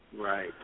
Right